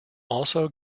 also